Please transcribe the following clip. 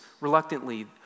reluctantly